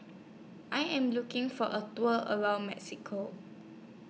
I Am looking For A Tour around Mexico